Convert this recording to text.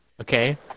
okay